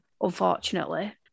unfortunately